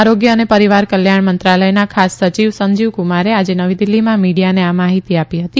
આરોગ્ય અને પરીવાર કલ્યાણ મંત્રાલયના ખાસ સચિવ સંજીવ કુમારે આજે નવી દિલ્હીમાં મીડીયાને આ માહિતી આપી હતી